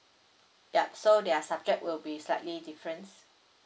ya so their subject will be slightly difference